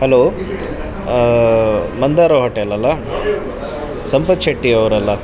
hello Mandara ಹೋಟೆಲಲ್ಲ ಸಂಪತ್ ಶೆಟ್ಟಿ ಅವರಲ್ಲ